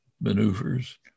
maneuvers